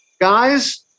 Guys